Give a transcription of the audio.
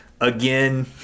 again